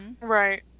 Right